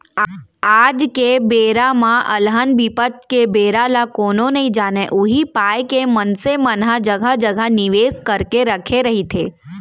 आज के बेरा म अलहन बिपत के बेरा ल कोनो नइ जानय उही पाय के मनसे मन ह जघा जघा निवेस करके रखे रहिथे